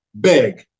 big